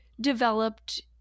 developed